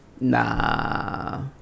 Nah